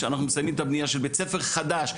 אנחנו מסיימים את הבנייה של בית ספר חדש,